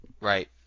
Right